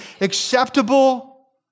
acceptable